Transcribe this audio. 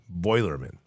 Boilerman